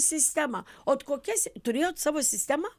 sistema ot kokias turėjot savo sistemą